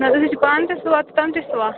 نَہ حَظ أسۍ چھِ پانہٕ تہِ سُوان تِم تہِ سُوان